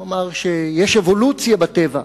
הוא אמר שיש אבולוציה בטבע,